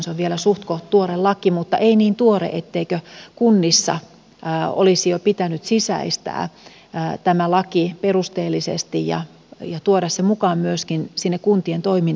se on vielä suhtkoht tuore laki mutta ei niin tuore etteikö kunnissa olisi jo pitänyt sisäistää tämä laki perusteellisesti ja tuoda se mukaan myöskin sinne kuntien toimintoihin